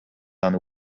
and